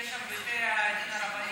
כי יש שם יותר הדין הרבני,